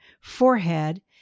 forehead